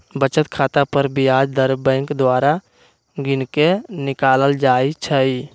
बचत खता पर ब्याज दर बैंक द्वारा गिनके निकालल जाइ छइ